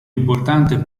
importante